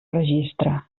registre